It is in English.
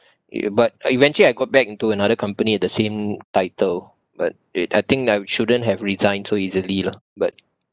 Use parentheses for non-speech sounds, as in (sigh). ya but I eventually I got back into another company at the same title but it I think I shouldn't have resigned so easily lah but (noise)